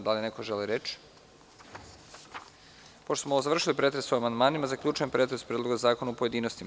Da li neko želi reč? (Ne) Pošto smo završili pretres o amandmanima, zaključujem pretres Predloga zakona u pojedinostima.